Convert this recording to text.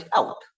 out